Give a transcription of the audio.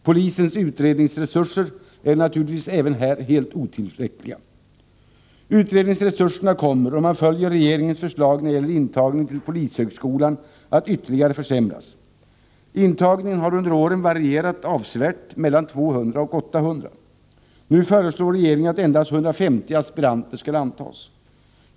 Polisens utredningsresurser är naturligtvis även här helt otillräckliga. Utredningsresurserna kommer, om man följer regeringens förslag när det gäller intagningen till polishögskolan, att ytterligare försämras. Intagningen har under åren varierat avsevärt — mellan 200 och 800. Nu föreslår regeringen att endast 150 aspiranter skall antas.